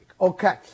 Okay